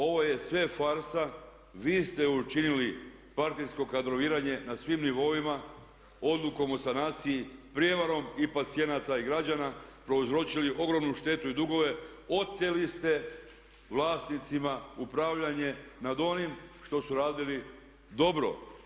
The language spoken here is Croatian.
Ovo je sve farsa, vi ste učinili partijsko kadroviranje na svim nivoima odlukom o sanaciji, prijevarom i pacijenata i građana prouzročili ogromnu štetu i dugove, oteli ste vlasnicima upravljanje nad onim što su radili dobro.